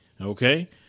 okay